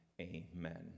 Amen